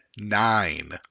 nine